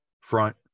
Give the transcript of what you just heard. front